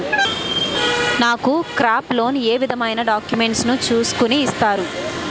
నాకు crop loan ఏ విధమైన డాక్యుమెంట్స్ ను చూస్కుని ఇస్తారు?